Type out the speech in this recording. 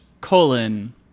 colon